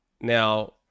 Now